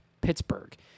Pittsburgh